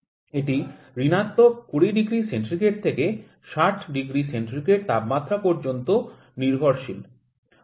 এটি ঋণাত্মক ২০℃ থেকে ৬০℃ তাপমাত্রা পর্যন্ত নির্ভরশীল